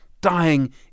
dying